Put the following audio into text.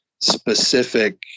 specific